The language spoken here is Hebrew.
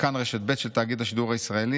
בכאן רשת ב' של תאגיד השידור הישראלי,